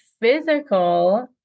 physical